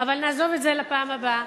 אבל נעזוב את זה לפעם הבאה.